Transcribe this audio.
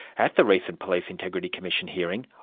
at the recent police integrity commission hearing,